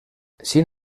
sin